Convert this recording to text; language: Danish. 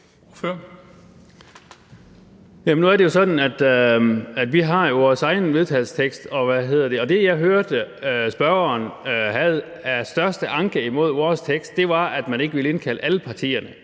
Nu er det jo sådan, at vi jo har vores eget forslag til vedtagelse, og det, jeg hørte spørgeren havde af største anke imod vores tekst, var, at man ikke ville indkalde alle partierne